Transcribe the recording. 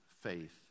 faith